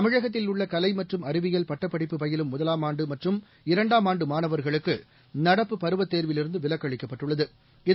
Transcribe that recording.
தமிழகத்தில் உள்ளகலைமற்றும் அறிவியல் பட்டப் படிப்பு பயிலும் முதலாமாண்டுமற்றும் இரண்டாம் ஆண்டுமாணவர்களுக்கு நடப்பு பருவத் தேர்விலிருந்துவிலக்களிக்கப்பட்டுள்ளது